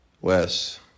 Wes